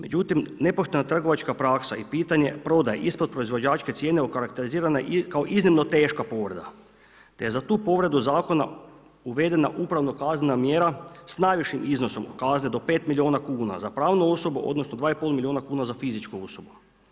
Međutim, nepoštena trgovačka praksa i pitanje prodaje ispod proizvođačke cijene okarakterizirana je kao iznimno teška povreda te za tu povredu zakona uvedena upravo kaznena mjera sa najvišim iznosom kazne do 5 milijuna kuna, za pravnu osobu, odnosno 2 i pol milijuna kuna za fizičku osobu.